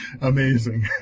Amazing